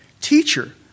Teacher